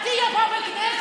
אל תהיי פה בכנסת.